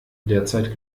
derzeit